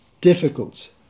difficult